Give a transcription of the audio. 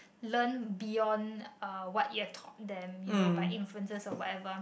learn beyond uh what you have taught them you know by influences or whatever